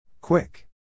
Quick